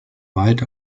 weit